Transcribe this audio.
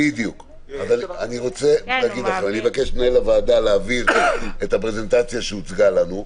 אני אבקש ממנהל הוועדה להעביר את הפרזנטציה שהוצגה לנו.